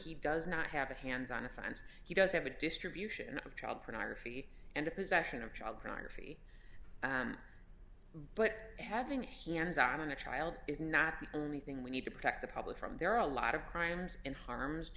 he does not have a hands on offense he does have a distribution of child pornography and the possession of child pornography but having hands on a child is not the only thing we need to protect the public from there are a lot of crimes in harm